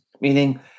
meaning